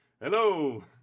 Hello